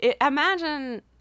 imagine